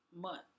month